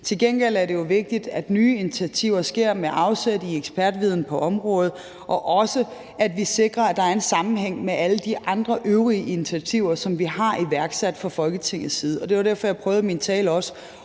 Til gengæld er det jo vigtigt, at nye initiativer sker med afsæt i ekspertviden på området, og også, at vi sikrer, at der er en sammenhæng med alle de andre øvrige initiativer, som vi har iværksat fra Folketingets side. Det var derfor, jeg også i min tale